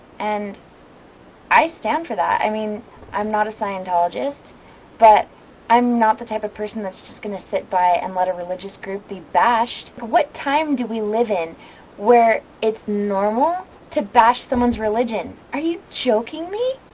and i stand for that, i mean i'm not a scientologist but i'm not the type of person that's just going to sit by and let a religious group be bashed what time do we live in where it's normal to bash someone's religion are you joking me?